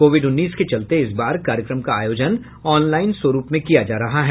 Covid उन्नीस के चलते इस बार कार्यक्रम का आयोजन ऑनलाईन स्वरूप में किया जा रहा है